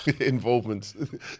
Involvement